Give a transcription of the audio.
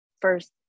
first